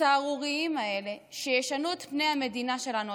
הסהרוריים האלה, שישנו את פני המדינה שלנו.